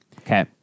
okay